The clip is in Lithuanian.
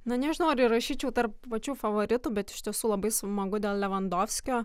na nežinau ar įrašyčiau tarp pačių favoritų bet iš tiesų labai smagu dėl levandofskio